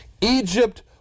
Egypt